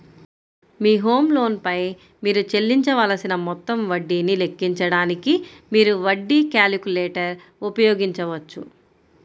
మీ home loan పై మీరు చెల్లించవలసిన మొత్తం వడ్డీని లెక్కించడానికి, మీరు వడ్డీ క్యాలిక్యులేటర్ ఉపయోగించవచ్చు